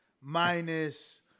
minus